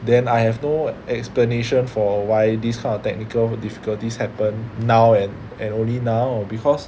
then I have no explanation for why this kind of technical difficulties happen now and and only now because